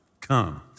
come